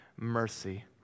mercy